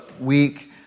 week